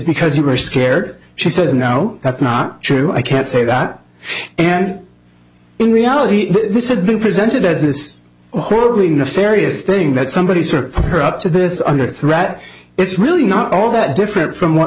because you were scared she says no that's not true i can't say that and in reality this has been presented as this horribly nefarious thing that somebody serpent her up to this under threat it's really not all that different from what